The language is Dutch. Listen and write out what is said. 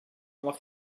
mag